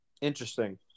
interesting